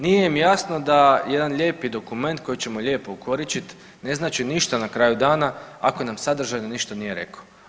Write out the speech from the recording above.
Nije im jasno da jedan lijepi dokument koji ćemo lijepo ukoričit ne znači ništa na kraju dana ako nam sadržajno ništa nije rekao.